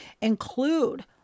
include